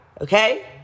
Okay